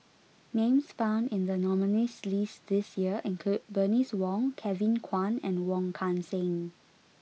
names found in the nominees' list this year include Bernice Wong Kevin Kwan and Wong Kan Seng